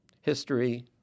history